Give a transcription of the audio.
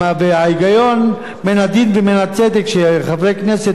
שחברי כנסת נבחרים הם יהיו נציגי הכנסת,